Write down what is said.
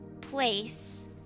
place